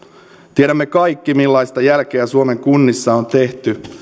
tiedämme kaikki millaista jälkeä suomen kunnissa on tehty